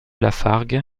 lafargue